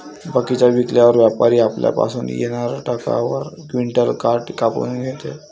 बगीचा विकल्यावर व्यापारी आपल्या पासुन येका टनावर यक क्विंटल काट काऊन घेते?